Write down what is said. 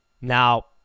Now